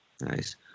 nice